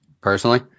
personally